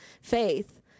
faith